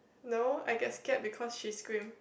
no I get scared because she scream